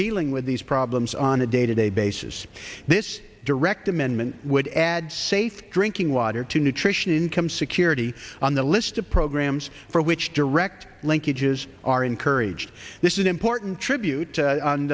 dealing with these problems on a day to day basis this direct amendment would add safe drinking water to nutrition income security on the list of programs for which direct linkages are encouraged this is an important tribute